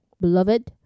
Beloved